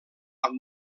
amb